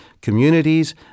communities